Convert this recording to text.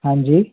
हाँ जी